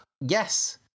Yes